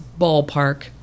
ballpark